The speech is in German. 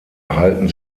halten